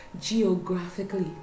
geographically